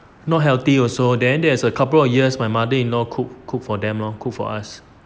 not healthy also then there's a couple of years my mother-in-law cook cook for them lor cook for us